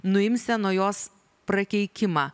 nuimsią nuo jos prakeikimą